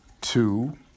two